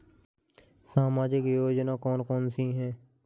सामाजिक योजना कौन कौन सी हैं?